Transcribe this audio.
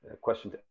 question